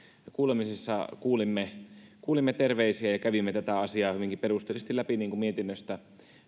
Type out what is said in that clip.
kuulemisissa kuulimme kuulimme terveisiä ja kävimme tätä asiaa hyvinkin perusteellisesti läpi niin kun mietinnöstä